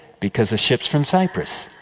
because the ships from cyprus.